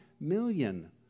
million